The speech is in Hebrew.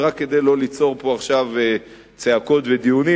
ורק כדי לא ליצור פה עכשיו צעקות ודיונים